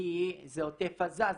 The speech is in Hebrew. כי זה עוטף עזה,